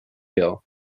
hill